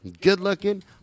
good-looking